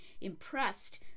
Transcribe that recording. impressed